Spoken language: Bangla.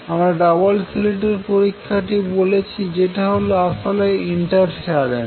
আমরা ডবল স্লিট এর পরীক্ষাটি বলেছি যেটা হল আসলে ইন্টারফেরেন্স